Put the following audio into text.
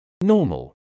Normal